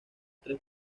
tres